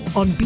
on